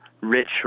rich